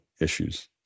issues